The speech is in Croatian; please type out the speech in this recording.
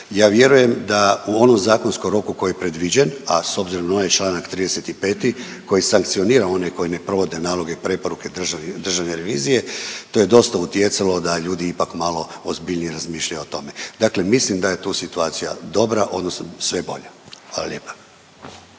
Ja vjerujem da u onom zakonskom roku koji je predviđen, a s obzirom na onaj čl. 35. koji sankcionira one koji ne provode naloge i preporuke državne revizije, to je dosta utjecalo da ljudi ipak malo ozbiljnije razmišljaju o tome. Dakle mislim da je tu situacija dobra, odnosno sve bolja. Hvala lijepa.